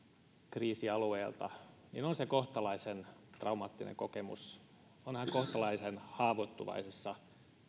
kriisialueelta niin se on kohtalaisen traumaattinen kokemus hän on kohtalaisen haavoittuvaisessa